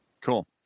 Cool